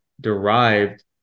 derived